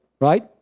right